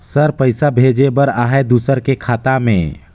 Sir पइसा भेजे बर आहाय दुसर के खाता मे?